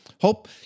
Hope